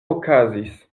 okazis